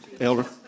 elder